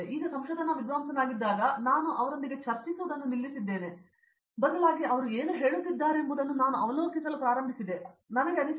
ಈಗ ಸಂಶೋಧನಾ ವಿದ್ವಾಂಸನಾಗಿದ್ದಾಗ ನಾನು ಅವರೊಂದಿಗೆ ಚರ್ಚಿಸುವುದನ್ನು ನಿಲ್ಲಿಸಿದ್ದೇನೆ ಅವರು ಏನು ಹೇಳುತ್ತಿದ್ದಾರೆಂಬುದನ್ನು ನಾನು ಅವಲೋಕಿಸಲು ಪ್ರಾರಂಭಿಸಿದೆ ಅದು ನನಗೆ ಅನಿಸಿತು